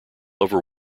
over